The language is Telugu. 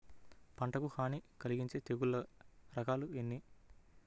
పంటకు హాని కలిగించే తెగుళ్ల రకాలు ఎన్ని?